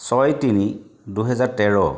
ছয় তিনি দুহেজাৰ তেৰ